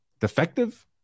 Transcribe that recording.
defective